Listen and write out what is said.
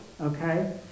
okay